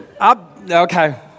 Okay